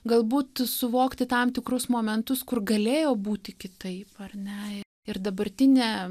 galbūt suvokti tam tikrus momentus kur galėjo būti kitaip ar ne ir dabartinė